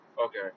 Okay